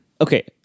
okay